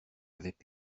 avaient